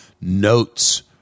notes